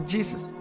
Jesus